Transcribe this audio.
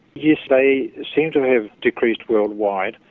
yes, they seem to have decreased worldwide.